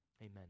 amen